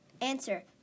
Answer